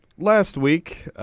last week.